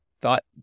thought